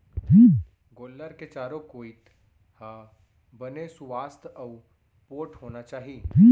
गोल्लर के चारों कोइत ह बने सुवास्थ अउ पोठ होना चाही